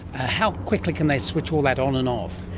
how quickly can they switch all that on and off?